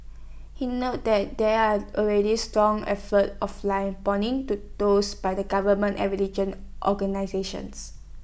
he noted that there are already strong efforts offline pointing to those by the government and religion organisations